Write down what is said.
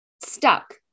stuck